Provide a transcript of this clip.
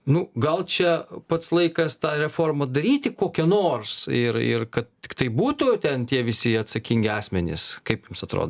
nu gal čia pats laikas tą reformą daryti kokią nors ir ir kad tiktai būtų ten tie visi atsakingi asmenys kaip jums atrodo